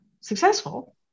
successful